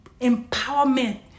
empowerment